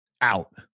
out